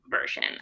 version